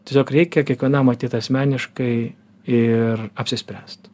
tiesiog reikia kiekvienam ateit asmeniškai ir apsispręst